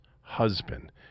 husband